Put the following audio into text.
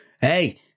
Hey